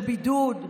של בידוד,